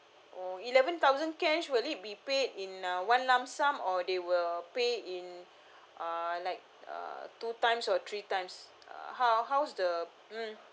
oh eleven thousand cash will it be paid in uh one lump sum or they will pay in uh like uh two times or three times uh how how's the mm